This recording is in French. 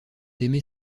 aimer